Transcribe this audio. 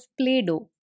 Play-Doh